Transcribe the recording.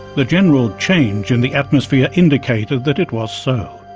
the general change in the atmosphere indicated that it was so.